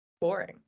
boring